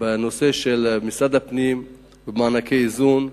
בנושא של משרד הפנים ומענקי האיזון,